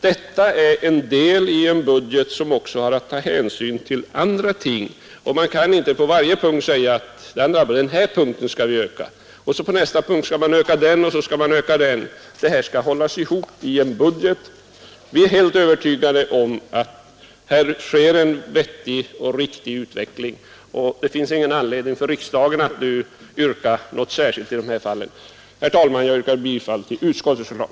Detta är en del i en budget som också har att ta hänsyn till andra ting. Man kan inte öka anslaget på varje punkt; det hela skall hållas ihop i en budget. Vi är helt övertygade om att det här sker en vettig och riktig utveckling, och det finns ingen anledning för riksdagen att nu yrka något särskilt på dessa punkter. Herr talman! Jag yrkar bifall till utskottets förslag.